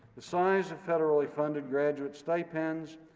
the size of federally funded graduate stipends,